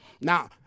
Now